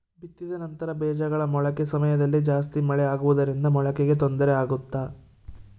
ಬಿತ್ತಿದ ನಂತರ ಬೇಜಗಳ ಮೊಳಕೆ ಸಮಯದಲ್ಲಿ ಜಾಸ್ತಿ ಮಳೆ ಆಗುವುದರಿಂದ ಮೊಳಕೆಗೆ ತೊಂದರೆ ಆಗುತ್ತಾ?